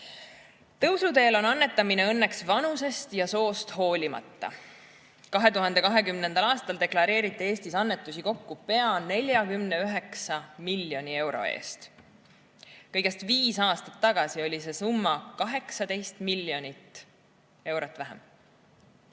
Tõusuteel on annetamine õnneks vanusest ja soost hoolimata. 2020. aastal deklareeriti Eestis annetusi kokku pea 49 miljoni euro eest. Kõigest viis aastat tagasi oli see summa 18 miljonit eurot vähem.